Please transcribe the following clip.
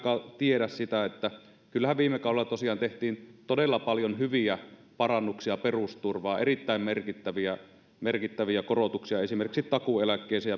tiedä sitä että kyllähän viime kaudella tosiaan tehtiin todella paljon hyviä parannuksia perusturvaan erittäin merkittäviä merkittäviä korotuksia esimerkiksi takuueläkkeeseen